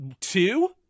two